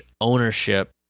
ownership